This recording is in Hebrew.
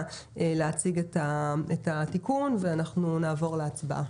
להציג את התיקון ואנחנו נעבור להצבעה.